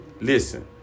listen